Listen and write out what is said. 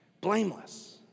Blameless